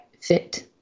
fit